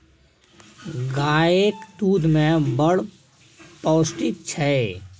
गाएक दुध मे बड़ पौष्टिक छै